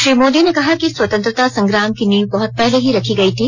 श्री मोदी ने कहा कि स्वतंत्रता संग्राम की नींव बहुत पहले ही रखी गयी थी